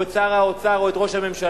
או את שר האוצר או את ראש הממשלה.